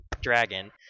dragon